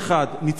ניצן אלון,